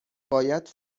باید